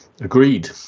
Agreed